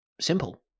simple